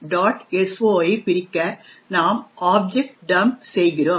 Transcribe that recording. so ஐ பிரிக்க நாம் ஆப்ஜெ டம்ப் செய்கிறோம்